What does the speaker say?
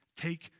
Take